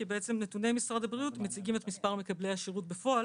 כי נתוני משרד הבריאות מציגים את מספר מקבלי השירות בפועל,